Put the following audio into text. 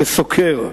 כסוקר,